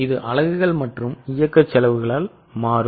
இது அலகுகள் மற்றும் இயக்க செலவுகளால் மாறும்